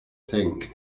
think